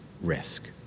risk